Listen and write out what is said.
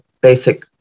basic